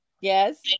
Yes